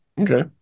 Okay